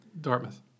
Dartmouth